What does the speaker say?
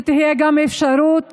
שתהיה אפשרות